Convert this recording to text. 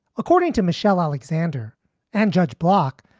according to michelle alexander and judge block,